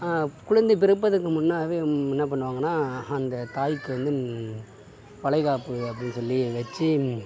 குழந்தை பிறப்பதற்கு முன்னவே என்ன பண்ணுவாங்கனா அந்த தாய்க்கு வந்து வளைகாப்பு அப்படின்னு சொல்லி வச்சு